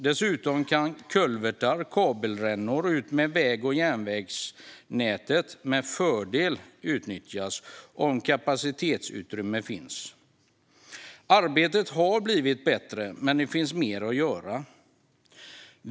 Dessutom kan kulvertar och kabelrännor utmed väg och järnvägsnätet med fördel utnyttjas om kapacitetsutrymme finns. Arbetet har blivit bättre, men det finns mer att göra.